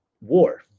war